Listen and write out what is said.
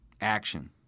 Action